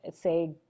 say